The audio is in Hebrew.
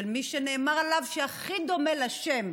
של מי שנאמר עליו שהוא הכי דומה להשם,